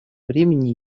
времени